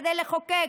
כדי לחוקק,